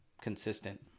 consistent